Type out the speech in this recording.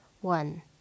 one